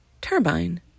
turbine